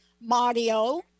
Mario